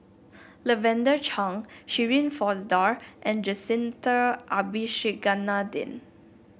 Lavender Chang Shirin Fozdar and Jacintha Abisheganaden